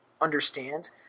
understand